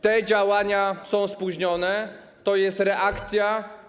Te działania są spóźnione, to jest reakcja.